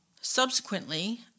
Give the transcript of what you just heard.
Subsequently